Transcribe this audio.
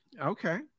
Okay